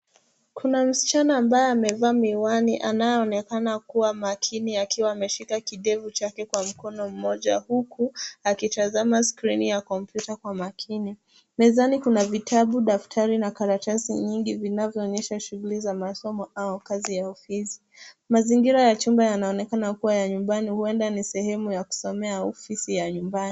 Kuna msichana ambaye amevaa miwani, anaye onekana kuwa makini akiwa ameshika kidevu chake kwa mkono mmoja huku, akitazama skrini ya komputa kwa makini. Mezani kuna vitabu, daftari na karatasi nyingi vinavyo onyeshesha shuguli.